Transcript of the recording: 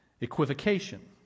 Equivocation